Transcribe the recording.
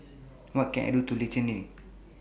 What Can I Do in Liechtenstein